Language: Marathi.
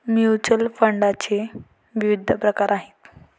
म्युच्युअल फंडाचे विविध प्रकार आहेत